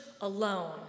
alone